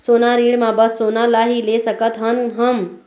सोना ऋण मा बस सोना ला ही ले सकत हन हम?